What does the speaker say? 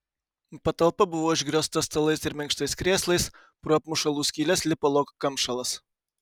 patalpa buvo užgriozta stalais ir minkštais krėslais pro apmušalų skyles lipo lauk kamšalas